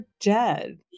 dead